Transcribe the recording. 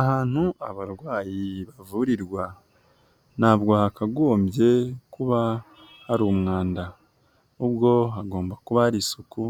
Ahantu abarwayi bavurirwa ntabwo hakagombye kuba hari umwanda, uhubwo hagomba kuba hari isuku